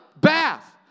bath